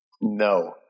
No